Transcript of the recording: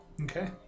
Okay